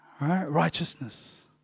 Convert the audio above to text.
Righteousness